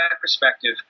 perspective